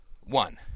one